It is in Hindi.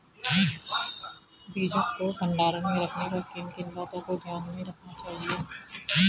बीजों को भंडारण में रखने पर किन किन बातों को ध्यान में रखना चाहिए?